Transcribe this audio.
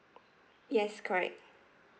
yes correct